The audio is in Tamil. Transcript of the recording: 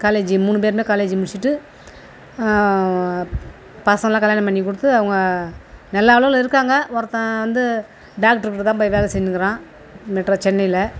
காலேஜி மூணு பேருமே காலேஜி முடிச்சுட்டு பசங்கெளாம் கல்யாணம் பண்ணிக் கொடுத்து அவங்க நல்ல அளவில் இருக்காங்க ஒருத்தன் வந்து டாக்டர் கிட்டே தான் போய் வேலை செஞ்சுனுக்கறான் மெட்ராஸ் சென்னையில்